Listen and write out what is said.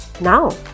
now